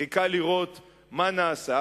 חיכה לראות מה נעשה,